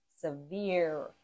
severe